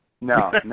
No